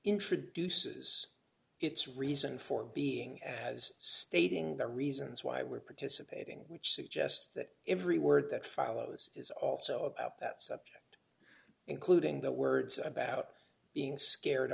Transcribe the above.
introduces its reason for being as stating the reasons why we're participating which suggests that every word that follows is also about that subject including the words about being scared